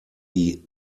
die